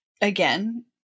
again